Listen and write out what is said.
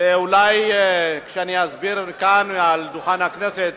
ואולי כשאסביר מעל דוכן הכנסת,